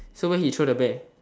so where he throw the bear